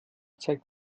zeigt